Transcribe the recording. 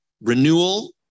renewal